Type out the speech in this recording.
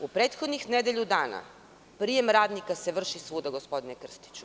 U prethodnih nedelju dana, prijem radnika se vrši svuda, gospodine Krstiću.